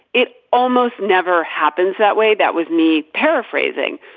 it almost never happens that way. that was me paraphrasing.